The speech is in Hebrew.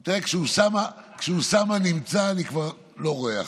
תראה, כשאוסאמה נמצא, אני כבר לא רואה אחרים,